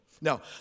Now